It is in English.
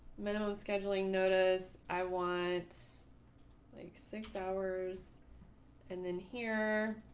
minimum scheduling notice, i want like six hours and then here.